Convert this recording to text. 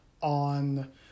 on